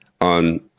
on